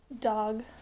dog